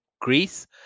Greece